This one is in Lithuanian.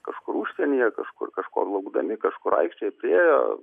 kažkur užsienyje kažkur kažko laukdami kažkur aikštėje priėjo